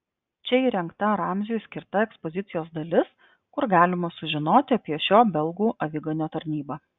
čia įrengta ramziui skirta ekspozicijos dalis kur galima sužinoti apie šio belgų aviganio tarnybą